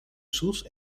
sus